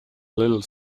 little